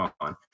on